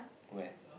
where